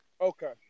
Okay